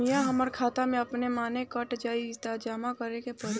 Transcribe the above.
Premium हमरा खाता से अपने माने कट जाई की जमा करे के पड़ी?